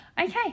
okay